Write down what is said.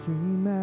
Dream